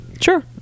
sure